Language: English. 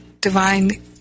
divine